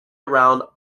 around